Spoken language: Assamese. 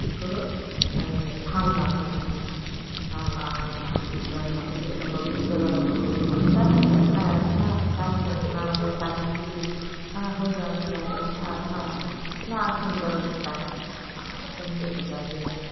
কি কৰোঁ এই ভাওনা হয় তাতে ভাওনা হয় নাম কীৰ্তন হয় তেওঁলোকক তেওঁলোকে আচ্ছা হেঁ ইটনা আচ্ছা হেঁ আপোনালোকৰ সাংস্কৃতিক হা হ'গা হ'গা ইটনা সুন্দৰ লগটা হেঁ তেনেকৈ বুজাই দিয়ে আৰু